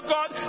God